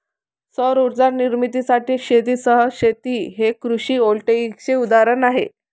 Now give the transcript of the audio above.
सौर उर्जा निर्मितीसाठी शेतीसह शेती हे कृषी व्होल्टेईकचे उदाहरण आहे